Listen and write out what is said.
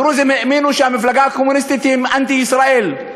הדרוזים האמינו שהמפלגה הקומוניסטית היא אנטי-ישראל,